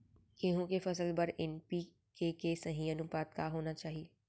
गेहूँ के फसल बर एन.पी.के के सही अनुपात का होना चाही?